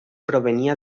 provenía